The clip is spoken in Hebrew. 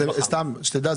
שתדע,